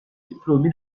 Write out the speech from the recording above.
diplômée